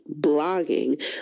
blogging